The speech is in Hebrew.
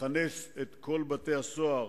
לכנס את כל בתי-הסוהר